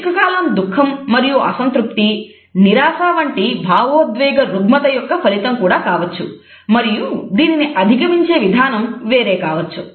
దీర్ఘకాలం దుఃఖం మరియు అసంతృప్తి నిరాశ వంటి భావోద్వేగ రుగ్మత యొక్క ఫలితం కూడా కావచ్చు మరియు దీనిని అధిగమించే విధానం వేరే కావచ్చు